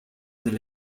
del